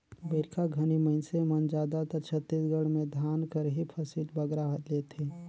बरिखा घनी मइनसे मन जादातर छत्तीसगढ़ में धान कर ही फसिल बगरा लेथें